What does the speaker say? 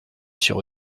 sur